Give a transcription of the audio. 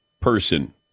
person